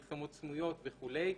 פרסומות סמויות וכדומה.